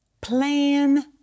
plan